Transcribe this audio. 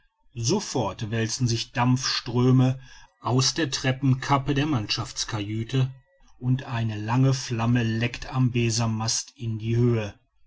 sofort wälzen sich dampfströme aus der treppenkappe der mannschaftskajüte und eine lange flamme leckt am besanmast in die höhe